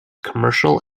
commercial